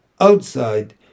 Outside